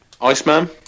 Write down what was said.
Iceman